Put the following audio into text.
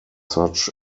such